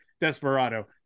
desperado